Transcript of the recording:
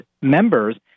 members